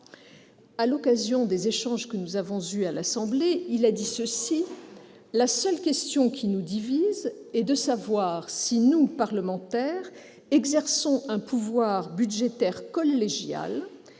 À l'occasion des échanges que nous avons eus à l'Assemblée nationale, il a affirmé que « la seule question qui nous divise est de savoir si nous, parlementaires, exerçons un pouvoir budgétaire collégial